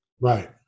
Right